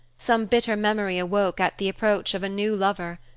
some bitter memory awoke at the approach of a new lover.